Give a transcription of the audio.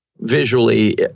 visually